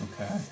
Okay